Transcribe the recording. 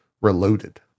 Reloaded